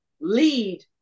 lead